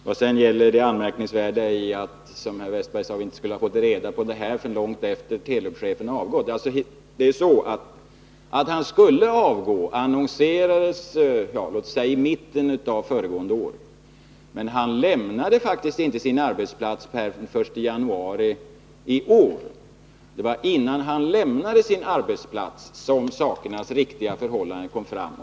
Vad sedan gäller det anmärkningsvärda i att, som Olle Wästberg sade, vi inte skulle ha fått reda på sanningen förrän långt efter det att Telubchefen hade avgått förhåller det sig på följande sätt. Att han skulle avgå annonserades låt oss säga i mitten av föregående år. Men han lämnade faktiskt inte sin arbetsplats förrän per den 1 januari i år. Det var innan han lämnade sin arbetsplats som de riktiga förhållandena kom fram.